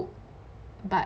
but